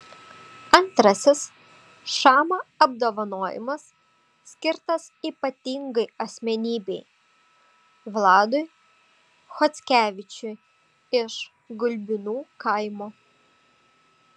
antrasis šama apdovanojimas skirtas ypatingai asmenybei vladui chockevičiui iš gulbinų kaimo